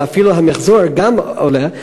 ואפילו המיחזור גם עולה.